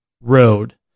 road